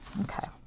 okay